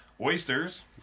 oysters